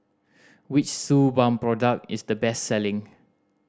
which Suu Balm product is the best selling